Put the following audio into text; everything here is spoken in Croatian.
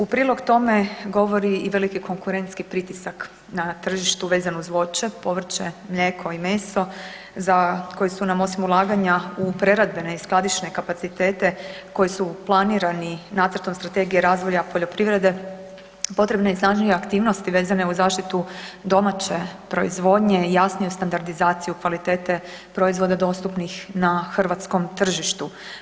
U prilog tome govori i veliki konkurentski pritisak na tržištu vezan uz voće, povrće, mlijeko i meso za koje su nam osim ulaganja u preradbene i skladišne kapacitete koji su planirani Nacrtom strategije razvoja poljoprivrede potrebne i snažnije aktivnosti vezane uz zaštitu domaće proizvodnje i jasniju standardizaciju kvalitete proizvoda dostupnih na hrvatskom tržištu.